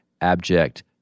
abject